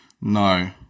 No